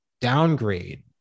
downgrade